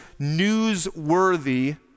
newsworthy